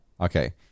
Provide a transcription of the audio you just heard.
Okay